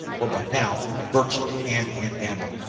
for by now it was virtually a hand-to-hand battle.